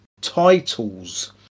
titles